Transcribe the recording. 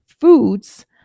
foods